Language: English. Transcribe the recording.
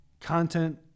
content